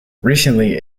recently